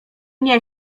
nie